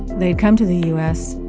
they had come to the u s.